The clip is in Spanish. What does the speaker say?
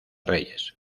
reyes